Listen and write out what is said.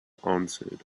answered